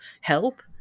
help